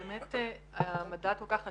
באמת המדד כל כך עשיר,